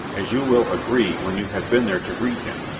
as you will agree when you have been there to greet him,